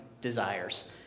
desires